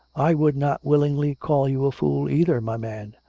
i would not willingly call you a fool either, my man!